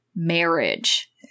Marriage